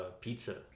pizza